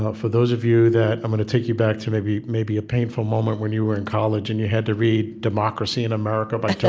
ah for those of you that i'm going to take you back to maybe maybe a painful moment when you were in college and you had to read democracy in america by tocqueville